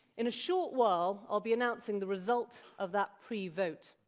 in a short while i'll be announcing the result of that pre-vote.